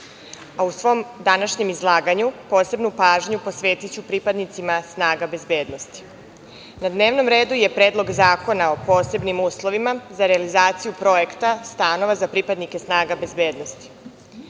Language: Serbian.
U svom današnjem izlaganju posebnu pažnju posvetiću pripadnicima snaga bezbednosti. Na dnevnom redu je Predlog zakona o posebnim uslovima za realizaciju projekta stanova za pripadnike snaga bezbednosti.